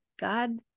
God